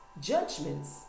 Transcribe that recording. judgments